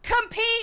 compete